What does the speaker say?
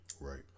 Right